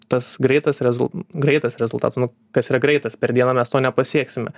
tas greitas rezul greitas rezultatas nu kas yra greitas per dieną mes to nepasieksime